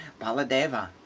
Baladeva